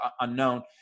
unknown